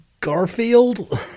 Garfield